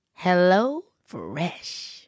HelloFresh